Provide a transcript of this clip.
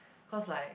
cause like